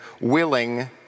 willing